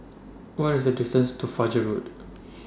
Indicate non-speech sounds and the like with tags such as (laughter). (noise) What IS The distance to Fajar Road